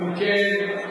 אם כן,